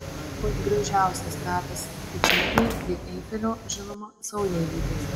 pats gražiausias metas piknikui prie eifelio žinoma saulėlydis